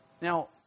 Now